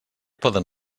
poden